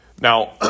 Now